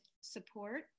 support